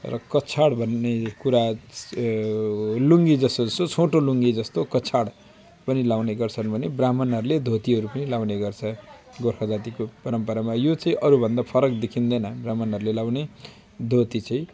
र कछाड भन्ने कुरा यो लुङ्गी जस्तो जस्तो छोटो लुङ्गी जस्तो कछाड पनि लगाउने गर्छन् भने ब्राह्मणहरूले धोतीहरू पनि लगाउने गर्छ गोर्खा जातिको परम्परामा यो चाहिँ अरू भन्दा फरक देखिँदैन ब्राह्मणहरूले लगाउने धोती चाहिँ